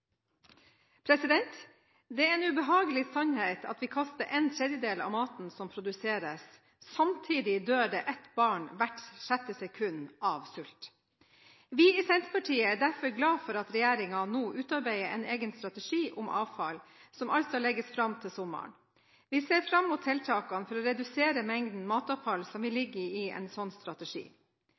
leverposteibokser. Det er en ubehagelig sannhet at vi kaster en tredjedel av maten som produseres. Samtidig dør et barn av sult hvert sjette sekund. Vi i Senterpartiet er derfor glade for at regjeringen nå utarbeider en egen strategi om avfall, som altså legges fram til sommeren. Vi ser fram mot tiltakene for å redusere mengden matavfall som vil ligge i en slik strategi.